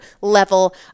level